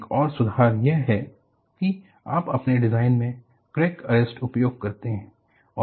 एक और सुधार यह है कि आप अपने डिजाइन मे क्रैक अरेस्टर उपयोग करते हैं